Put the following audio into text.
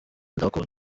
ndabakunda